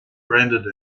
branded